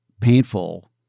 painful